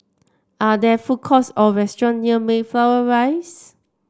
are there food courts or restaurants near Mayflower Rise